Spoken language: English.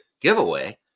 giveaway